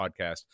podcast